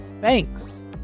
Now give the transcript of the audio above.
thanks